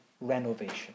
renovation